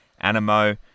Animo